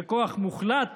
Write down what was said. וכוח מוחלט